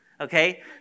okay